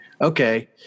okay